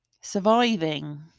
Surviving